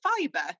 fiber